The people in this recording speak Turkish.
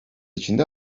içinde